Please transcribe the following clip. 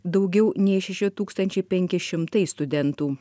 daugiau nei šeši tūkstančiai penki šimtai studentų